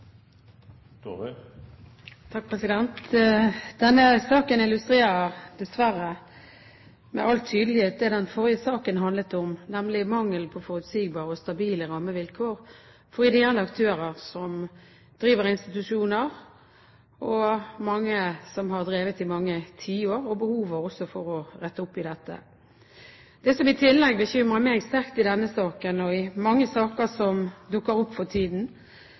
saken illustrerer dessverre med all tydelighet det den forrige saken handlet om, nemlig mangelen på forutsigbare og stabile rammevilkår for ideelle aktører som driver institusjoner – mange har drevet i mange tiår – og behovet for å rette opp i dette. Det som i tillegg bekymrer meg sterkt i denne saken og i mange saker som dukker opp for tiden,